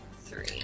Three